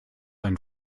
ein